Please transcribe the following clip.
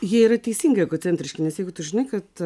jie yra teisingi egocentriški nes jeigu tu žinai kad